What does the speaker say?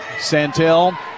Santel